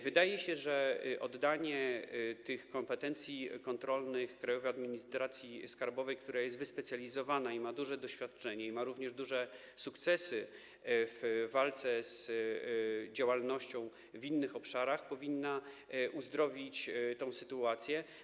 Wydaje się, że oddanie kompetencji kontrolnych Krajowej Administracji Skarbowej, która jest wyspecjalizowana i ma duże doświadczenie, jak również duże sukcesy w walce z taką działalnością w innych obszarach, powinno uzdrowić tę sytuację.